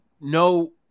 No